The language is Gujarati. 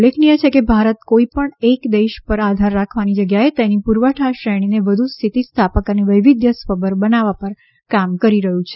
ઉલ્લેખનીય છે કે ભારત કોઈ પણ એક દેશ પર આધાર રાખવાની જગ્યાએ તેની પુરવઠા શ્રેણીને વધુ સ્થિતિસ્થાપક અને વૈવિધ્યસભર બનાવવા પર કામ કરી રહ્યું છે